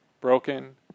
broken